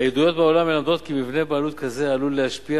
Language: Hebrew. העדויות בעולם מלמדות כי מבנה בעלות כזה עלול להשפיע